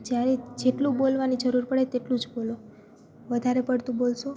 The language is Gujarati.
જ્યારે જેટલું બોલવાની જરૂર પડે તેટલું જ બોલો વધારે પડતું બોલશો